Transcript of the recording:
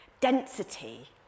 density